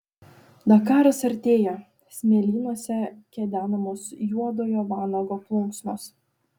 dakaras artėja smėlynuose kedenamos juodojo vanago plunksnos